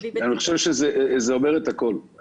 אני חושב שזה אומר את הכול.